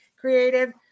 creative